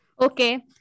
Okay